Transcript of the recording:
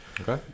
Okay